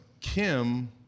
Kim